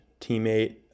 teammate